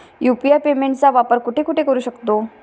UPI पेमेंटचा वापर कुठे कुठे करू शकतो?